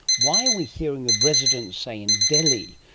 why are we hearing of residents, say in delhi,